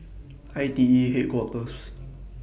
I T E Headquarters